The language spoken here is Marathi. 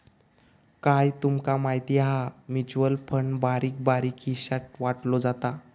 काय तूमका माहिती हा? म्युचल फंड बारीक बारीक हिशात वाटलो जाता